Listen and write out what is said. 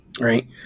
right